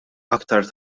aktar